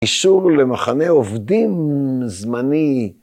אישור למחנה עובדים זמני.